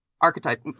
Archetype